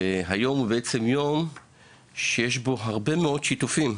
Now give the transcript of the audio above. היום זה בעצם יום שיש בו הרבה מאוד שיתופים.